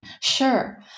Sure